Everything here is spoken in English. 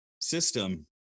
system